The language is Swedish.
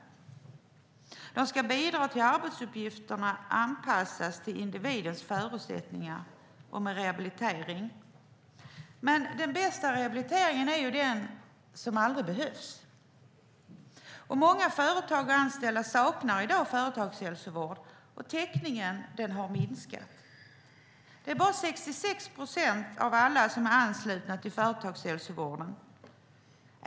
Man ska bidra till att arbetsuppgifterna anpassas till individens förutsättningar och till rehabilitering. Den bästa rehabiliteringen är dock den som aldrig behövs. Många företag och anställda saknar i dag företagshälsovård, och täckningen har minskat. Det är bara 66 procent av alla som är anslutna till företagshälsovården.